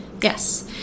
Yes